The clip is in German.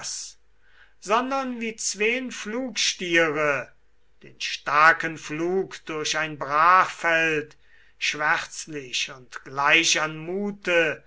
sondern wie zween pflugstiere den starken pflug durch ein brachfeld schwärzlich und gleich an mute